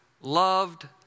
loved